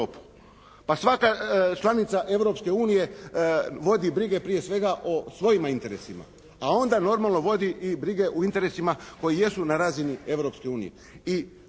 Pa svaka članica Europske unije vodi brige prije svega o svojima interesima, a onda normalno vodi i brige u interesima koji jesu na razini